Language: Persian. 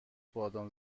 بادام